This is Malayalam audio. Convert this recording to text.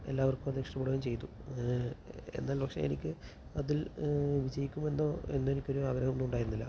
എല്ലാവർക്കും അതിഷ്ട്ടപ്പെടുകയും ചെയ്തു എന്നാൽ പക്ഷെ എനിക്ക് അതിൽ വിജയിക്കുമെന്നോ എന്നെനിക്കൊരു ആഗ്രഹവുമുണ്ടായിരുന്നില്ല